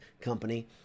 company